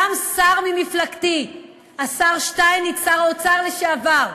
גם שר ממפלגתי, השר שטייניץ, שר האוצר לשעבר,